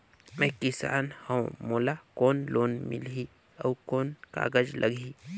मैं किसान हव मोला कौन लोन मिलही? अउ कौन कागज लगही?